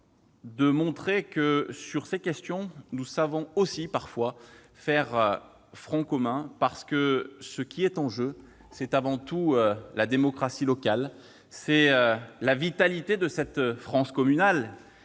de montrer que, sur ces questions, nous savons parfois faire front commun. Ce qui est en jeu, c'est avant tout la démocratie locale et la vitalité de cette France communale.